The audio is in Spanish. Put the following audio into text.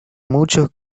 muchos